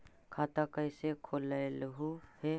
खाता कैसे खोलैलहू हे?